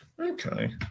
Okay